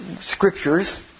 scriptures